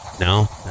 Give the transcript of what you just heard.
No